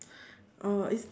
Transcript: oh is